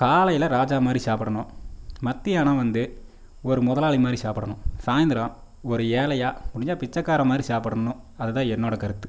காலையில் ராஜா மாதிரி சாப்பிடணும் மத்தியானம் வந்து ஒரு முதலாளி மாதிரி சாப்பிடணும் சாயந்தரம் ஒரு ஏழையாக முடிஞ்சால் பிச்சக்காரன் மாதிரி சாப்பிடணும் அதுதான் என்னோட கருத்து